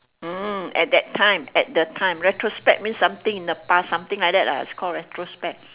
hmm at that time at the time retrospect means something in the past something like that ah it's called retrospect